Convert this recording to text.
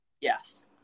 Yes